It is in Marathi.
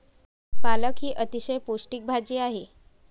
पालक ही अतिशय पौष्टिक भाजी आहे